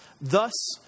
Thus